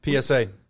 PSA